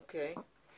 אוקיי.